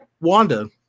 Wanda